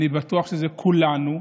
אני בטוח שזה כולנו,